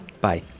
Bye